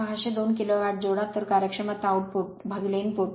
602 kilowatt जोडा तर कार्यक्षमता आउटपुट इनपुट